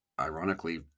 ironically